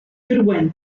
goodwin